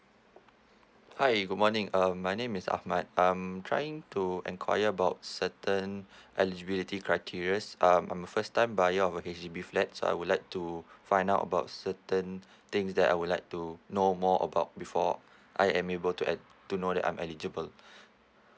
hi good morning um my name is ahmad I'm trying to inquire about certain eligibility criterias um I'm a first time buyer of a H_D_B flat so I would like to find out about certain things that I would like to know more about before I am able to add to know that I'm eligible